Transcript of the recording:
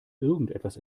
irgendwas